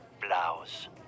blouse